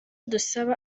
dusaba